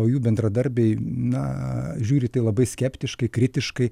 o jų bendradarbiai na žiūri į tai labai skeptiškai kritiškai